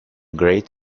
grade